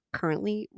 currently